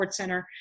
SportsCenter